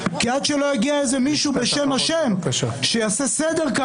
כי עד שלא יגיע איזה מישהו בשם השם שיעשה כאן סדר,